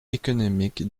économique